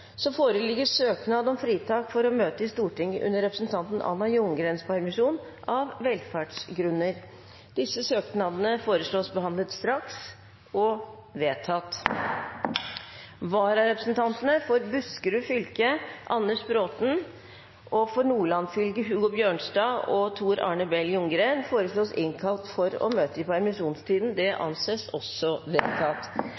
foreligger søknad om fritak for å møte i Stortinget under representanten Anna Ljunggrens permisjon, av velferdsgrunner. Etter forslag fra presidenten ble enstemmig besluttet: Søknadene behandles straks og innvilges. Følgende vararepresentanter innkalles for å møte i permisjonstiden: For Buskerud fylke: Anders Braaten For Nordland fylke: Hugo Bjørnstad og Tor Arne Bell Ljunggren